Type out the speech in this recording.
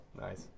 Nice